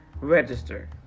register